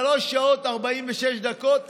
שלוש שעות ו-46 דקות.